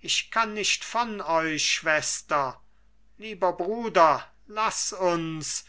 ich kann nicht von euch schwester lieber bruder laß uns